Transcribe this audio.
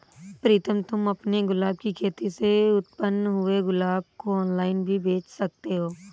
प्रीतम तुम अपने गुलाब की खेती से उत्पन्न हुए गुलाब को ऑनलाइन भी बेंच सकते हो